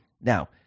Now